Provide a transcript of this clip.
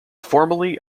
formerly